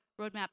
Roadmap